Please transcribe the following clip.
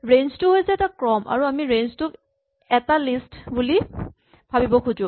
range টো হৈছে এটা ক্ৰম আৰু আমি ৰেঞ্জ টোক এটা লিষ্ট বুলি ভাৱিব খোজো